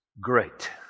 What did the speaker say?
great